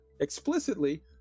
explicitly